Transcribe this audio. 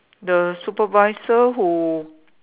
the supervisor who